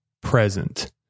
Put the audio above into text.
present